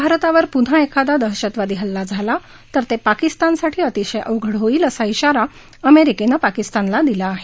भारतावर पुन्हा एखादा दहशतवादी हल्ला झाला तर ते पाकिस्तानसाठी अतिशय अवघड होईल असा ब्राारा अमेरिकेनं पाकिस्तानला दिला आहे